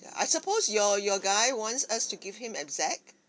I suppose your your guy wants us to give him exact